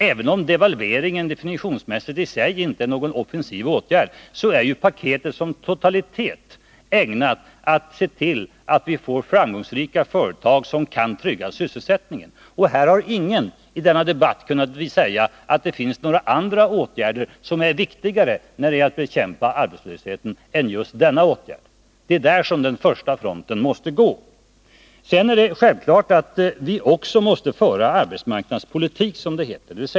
Även om devalveringen definitionsmässigt i sig inte är någon offensiv åtgärd, är ju paktetet som totalitet ägnat att skapa framgångsrika företag som kan trygga sysselsättningen. Ingen i denna debatt har kunnat peka på några andra åtgärder, som är viktigare när det gäller att bekämpa arbetslösheten än just denna åtgärd. Det är där fronten måste gå. Självfallet måste vi också föra arbetsmarknadspolitik, som det heter.